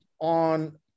on